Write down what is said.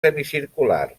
semicircular